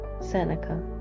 Seneca